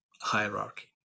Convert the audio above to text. hierarchy